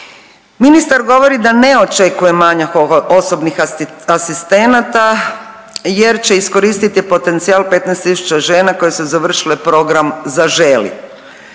Ministar govori da ne očekuje manjak osobnih asistenata jer će iskoristiti potencijal 15 tisuća žena koje su završile program Zaželi.